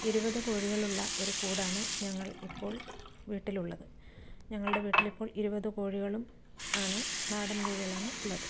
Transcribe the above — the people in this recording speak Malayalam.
ഇരുപത് കോഴികളുള്ള ഒരു കൂടാണ് ഞങ്ങൾ ഇപ്പോൾ വീട്ടിലുള്ളത് ഞങ്ങളുടെ വീട്ടിൽ ഇപ്പോൾ ഇരുപത് കോഴികളും ആണ് നാടൻ കോഴികളാണ് ഉള്ളത്